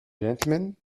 gentlemen